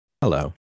Hello